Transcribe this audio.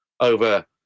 over